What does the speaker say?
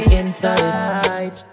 inside